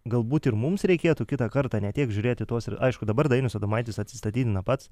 galbūt ir mums reikėtų kitą kartą ne tiek žiūrėt į tuos ir aišku dabar dainius adomaitis atsistatydina pats